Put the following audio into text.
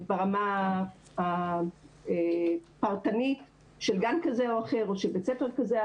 ברמה הפרטנית של גן כזה או אחר או של בית ספר כזה או